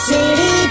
City